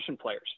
players